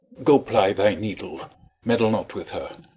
go ply thy needle meddle not with her.